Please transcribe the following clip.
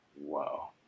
Wow